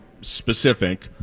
specific